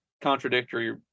contradictory